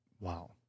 Wow